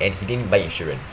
and he didn't buy insurance